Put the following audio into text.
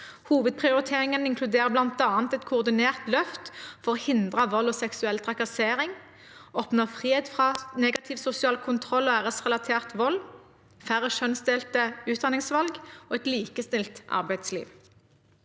Hovedprioriteringene inkluderer bl.a. et koordinert løft for å hindre vold og seksuell trakassering, oppnå frihet fra negativ sosial kontroll og æresrelatert vold, færre kjønnsdelte utdanningsvalg og et likestilt arbeidsliv.